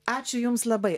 ačiū jums labai